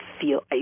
feel—